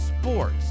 sports